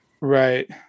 Right